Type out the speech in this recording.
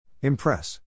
Impress